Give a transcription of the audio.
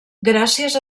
gràcies